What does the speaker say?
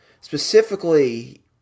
specifically